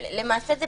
למעשה,